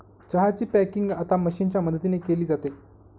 चहा ची पॅकिंग आता मशीनच्या मदतीने केली जाते